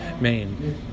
Maine